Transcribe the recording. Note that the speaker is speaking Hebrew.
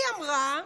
היא אמרה: